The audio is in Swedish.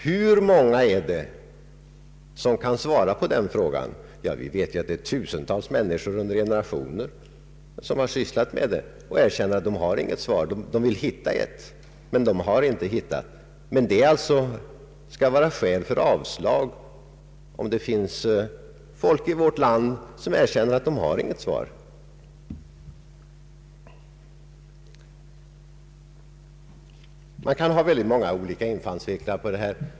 Hur många kan svara på den frågan? Tusentals människor under många generationer har sysslat med den frågan utan att finna något svar — ändå skall det vara ett skäl för avslag, när människor i vårt land erkänner att de inte har något svar. Det finns väldigt många olika infallsvinklar på det här.